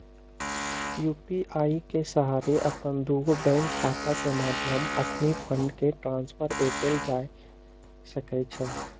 UPI के सहारे अप्पन दुगो बैंक खता के मध्य अखनी फंड के ट्रांसफर कएल जा सकैछइ